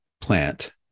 plant